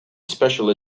special